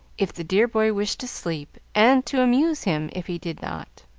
if the dear boy wished to sleep, and to amuse him if he did not.